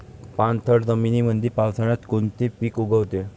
पाणथळ जमीनीमंदी पावसाळ्यात कोनचे पिक उगवते?